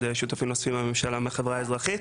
שותפים נוספים בממשלה והחברה האזרחית.